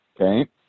Okay